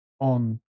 on